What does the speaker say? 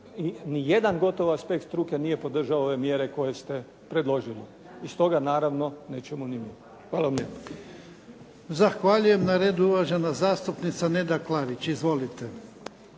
nijedan gotovo aspekt struke nije podržao ove mjere koje ste predložili i stoga naravno nećemo ni mi. Hvala vam lijepo. **Jarnjak, Ivan (HDZ)** Zahvaljujem. Na redu je uvažena zastupnica Neda Klarić. Izvolite.